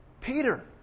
Peter